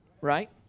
right